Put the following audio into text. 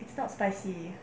it's not spicy